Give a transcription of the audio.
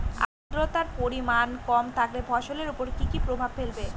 আদ্রর্তার পরিমান কম থাকলে ফসলের উপর কি কি প্রভাব ফেলবে?